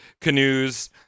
canoes